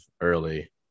early